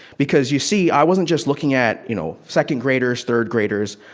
because you see, i wasn't just looking at, you know, second graders, third graders.